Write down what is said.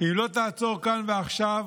אם לא תעצור כאן ועכשיו,